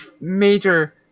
major